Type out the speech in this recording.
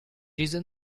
isn’t